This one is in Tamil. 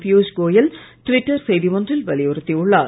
பியூஷ் கோயல் டிவிட்டர் செய்தி ஒன்றில் வலியுறுத்தியுள்ளார்